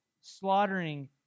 slaughtering